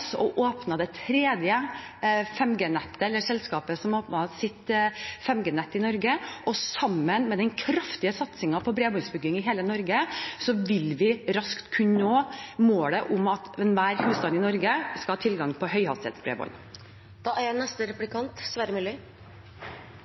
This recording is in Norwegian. det tredje 5G-nettet, det selskapet som åpnet sitt 5G-nett i Norge, og sammen med den kraftige satsingen på bredbåndsutbygging i hele Norge vil vi raskt kunne nå målet om at enhver husstand i Norge skal ha tilgang til høyhastighetsbredbånd. Så trivelig det er